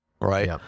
Right